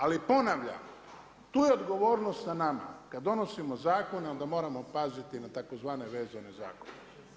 Ali ponavljam tu je odgovornost na nama kad donosimo zakone onda moramo paziti na tzv. vezane zakone.